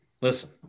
listen